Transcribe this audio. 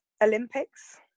Olympics